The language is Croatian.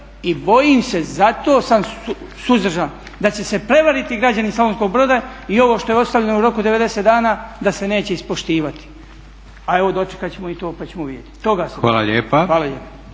i bojim se, zato sam suzdržan da će se prevariti građani Slavonskog Broda i ovo što je ostavljeno u roku od 90 dana da se neće ispoštivati. A evo dočekat ćemo i to, pa ćemo vidjeti, toga se bojim. Hvala lijepa.